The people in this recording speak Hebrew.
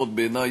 לפחות בעיני,